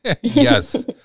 yes